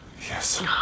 Yes